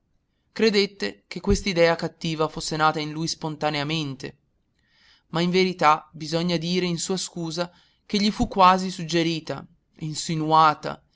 credette che quest'idea cattiva fosse nata in lui spontaneamente ma in verità bisogna dire in sua scusa che gli fu quasi suggerita insinuata